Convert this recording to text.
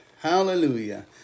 Hallelujah